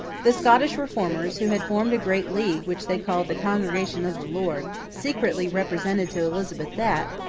the scottish reformers, who had formed a great league which they called the congregation of the lord, secretly represented to elizabeth that,